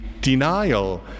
denial